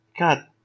God